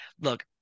look